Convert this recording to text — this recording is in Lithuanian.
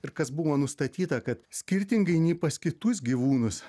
ir kas buvo nustatyta kad skirtingai nei pas kitus gyvūnus